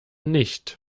nicht